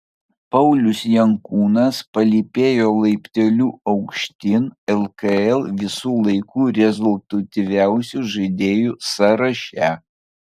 paulius jankūnas palypėjo laipteliu aukštyn lkl visų laikų rezultatyviausių žaidėjų sąraše